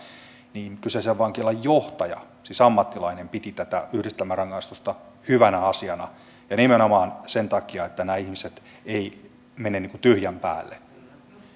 niin kyseisen vankilan johtaja siis ammattilainen piti tätä yhdistelmärangaistusta hyvänä asiana ja nimenomaan sen takia että nämä ihmiset eivät mene niin kuin tyhjän päälle